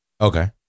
okay